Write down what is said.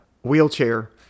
wheelchair